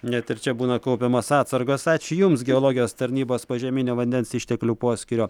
net ir čia būna kaupiamos atsargos ačiū jums geologijos tarnybos požeminio vandens išteklių poskyrio